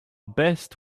best